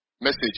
Message